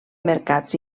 mercats